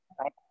Right